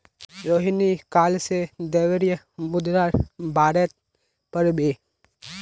रोहिणी काल से द्रव्य मुद्रार बारेत पढ़बे